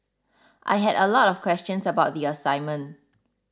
I had a lot of questions about the assignment